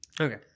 okay